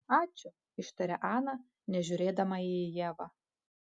ačiū ištarė ana nežiūrėdama į ievą